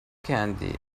candy